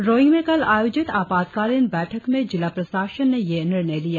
रोईंग में कल आयोजित आपातकालिन बैठक में जिला प्रशासन ने यह निर्णय लिया